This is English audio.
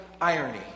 irony